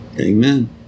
Amen